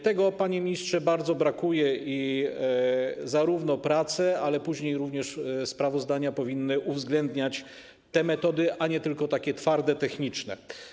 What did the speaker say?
Tego, panie ministrze, bardzo brakuje i zarówno prace, jak i później sprawozdania powinny uwzględniać te metody, a nie tylko takie twarde techniczne.